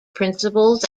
principles